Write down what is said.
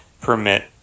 permit